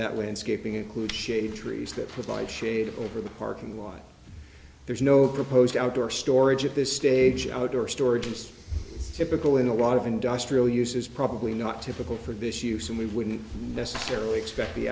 that landscaping includes shade trees that provide shade over the parking lot there's no proposed outdoor storage at this stage outdoor storage is typical in a lot of industrial uses probably not typical for this use and we wouldn't necessarily expect the